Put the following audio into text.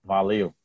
Valeu